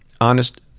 honest